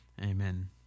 Amen